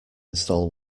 install